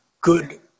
good